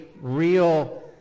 real